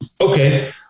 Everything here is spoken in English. okay